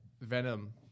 Venom